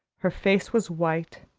her face was white,